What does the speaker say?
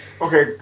Okay